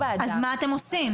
אז מה אתם עושים?